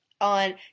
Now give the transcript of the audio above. on